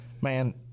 man